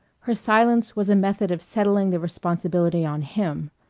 her silence was a method of settling the responsibility on him.